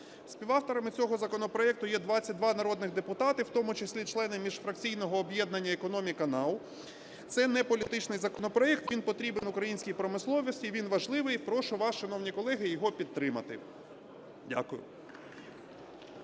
Співавторами цього законопроекту є 22 народних депутати, в тому числі члени міжфракційного об'єднання "Економіка. НАУ". Це не політичний законопроект, він потрібен українській промисловості, він важливий. Прошу вас, шановні колеги, його підтримати. Дякую.